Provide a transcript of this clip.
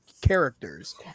characters